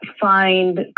find